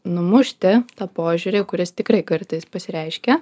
numušti tą požiūrį kuris tikrai kartais pasireiškia